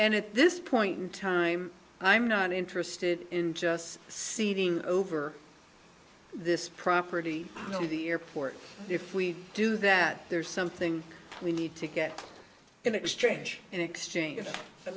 and at this point in time i'm not interested in just ceding over this property to the airport if we do that there's something we need to get in exchange in exchange i